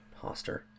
Hoster